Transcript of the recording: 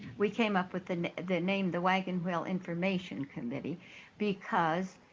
we came up with and the name the wagon wheel information committee because